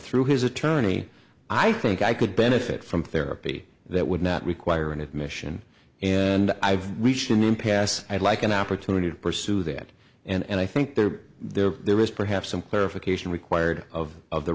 through his attorney i think i could benefit from therapy that would not require an admission and i've reached an impasse i'd like an opportunity to pursue that and i think there there there is perhaps some clarification required of of the